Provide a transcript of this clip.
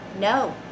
no